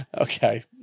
okay